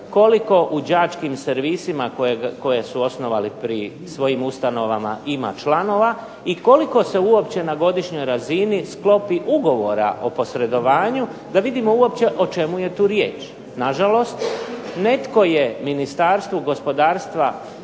koliko u đačkim servisima koje su osnovali pri svojim ustanovama ima članova i koliko se uopće na godišnjoj razini sklopi ugovora o posredovanju, da vidimo uopće o čemu je tu riječ. Na žalost, netko je Ministarstvu gospodarstva,